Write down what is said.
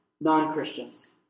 non-Christians